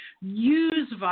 use